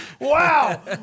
Wow